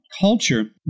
culture